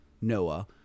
Noah